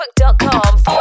facebook.com